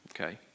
Okay